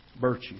Virtue